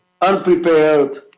unprepared